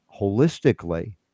holistically